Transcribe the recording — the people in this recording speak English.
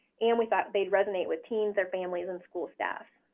and we thought they'd resonate with teens, their families, and school staff.